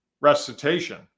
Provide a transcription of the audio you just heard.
recitation